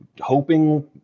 hoping